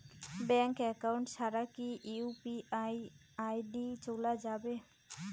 Bank account ছাড়া কি UPI ID চোলা যাবে?